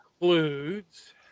includes